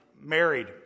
married